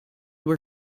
were